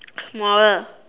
smaller